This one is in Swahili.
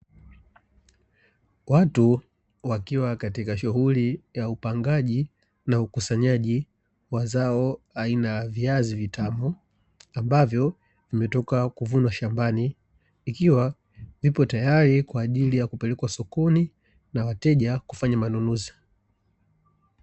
Watu wakiwa katika shughuli ya upangaji na ukusanyaji wa zao aina ya viazi vitamu, ambavyo vimetoka kuvunwa shambani ikiwa vipo tayari kwa ajili ya kupelekwa sokoni, na wateja kufanya manunuzi.